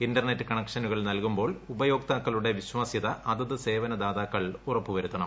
internet കണക്ഷനുകൾ നല്കുമ്പോൾ ഉപയോക്താക്കളുടെ വിശ്വാസ്യത അതത് സേവനദാതാക്കൾ ഉറപ്പു വരുത്തണം